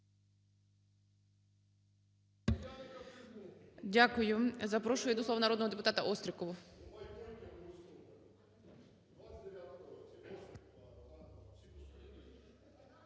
Дякую. Запрошую до слова народного депутатаОстрікову.